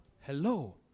Hello